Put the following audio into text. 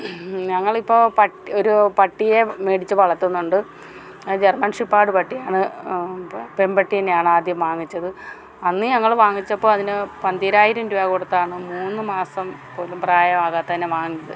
ഞങ്ങൾ ഇപ്പോൾ പട്ടി ഒരു പട്ടിയെ മേടിച്ച് വളർത്തുന്നുണ്ട് അത് ജർമൻ ഷെപ്പേർഡ് പട്ടിയാണ് പെൺപട്ടീനെയാണ് ആദ്യം വാങ്ങിച്ചത് അന്ന് ഞങ്ങൾ വാങ്ങിച്ചപ്പോൾ അതിന് പന്തീരായിരം രൂപ കൊടുത്താണ് മൂന്ന് മാസം പോലും പ്രായം ആകാത്തതിനെ വാങ്ങിയത്